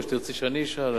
או שאת רוצה שאני אשאל?